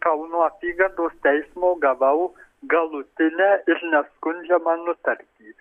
kauno apygardos teismo gavau galutinę ir neskundžiamą nutartį